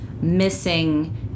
missing